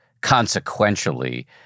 consequentially